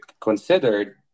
considered